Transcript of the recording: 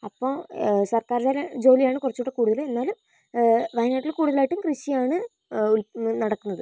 അപ്പം സർക്കാർ തര ജോലിയാണ് കുറച്ചുകൂടെ കൂടുതല് എന്നാലും വയനാട്ടില് കൂടുതലായിട്ടും കൃഷിയാണ് നടക്കുന്നത്